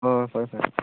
ꯍꯣꯏ ꯍꯣꯏ ꯐꯔꯦ ꯐꯔꯦ